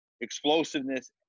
explosiveness